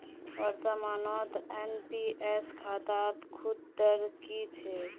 वर्तमानत एन.पी.एस खातात सूद दर की छेक